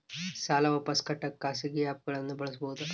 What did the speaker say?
ಸಾಲ ವಾಪಸ್ ಕಟ್ಟಕ ಖಾಸಗಿ ಆ್ಯಪ್ ಗಳನ್ನ ಬಳಸಬಹದಾ?